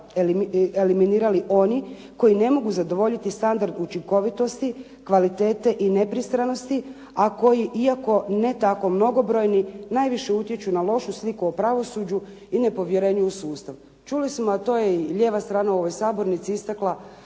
eliminirali oni koji ne mogu zadovoljiti standard učinkovitosti, kvalitete i nepristranosti, a koji iako ne tako mnogobrojni najviše utječu na lošu sliku o pravosuđu i nepovjerenju u sustav." Čuli smo, a to je i lijeva u ovoj sabornici istakla